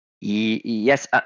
Yes